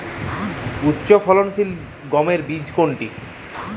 উচ্চফলনশীল গমের বীজ কোনটি?